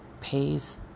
pays